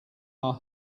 are